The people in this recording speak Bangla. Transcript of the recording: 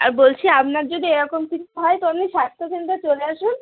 আর বলছি আপনার যদি এরকম কিছু হয় তো আপনি স্বাস্থ্যকেন্দ্রে চলে আসুন